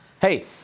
hey